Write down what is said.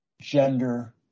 gender